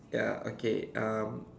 ya okay um